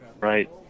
Right